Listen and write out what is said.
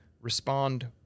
respond